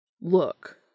Look